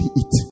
eat